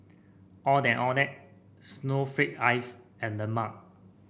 Ondeh Ondeh Snowflake Ice and lemang